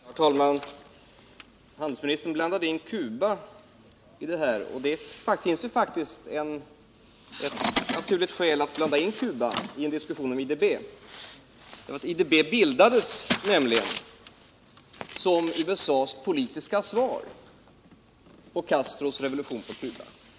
Herr talman! Handelsministern blandade in Cuba här, och det finns faktiskt ett naturligt skäl att göra det i diskussionen om IDB. IDB bildades nämligen som USA:s politiska svar på Castros revolution på Cuba.